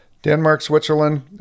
Denmark-Switzerland